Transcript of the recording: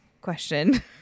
question